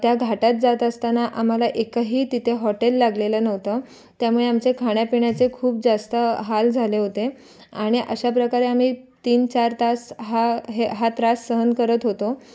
त्या घाटात जात असताना आम्हाला एकही तिथे हॉटेल लागलेलं नव्हतं त्यामुळे खाण्यापिण्याचे खूप जास्त हाल झाले होते आणि अशा प्रकारे आम्ही तीनचार तास हा हे हा त्रास सहन करत होतो